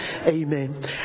Amen